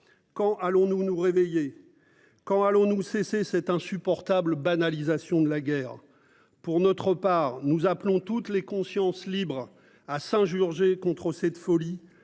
Quand allons-nous nous réveiller quand allons-nous cesser cette insupportable banalisation de la guerre. Pour notre part, nous appelons toutes les consciences libres à Saint-Georges et contre cette folie